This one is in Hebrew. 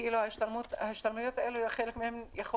כאילו ההשתלמויות האלה או חלק מהן יכול